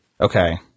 Okay